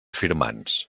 firmants